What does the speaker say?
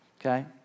okay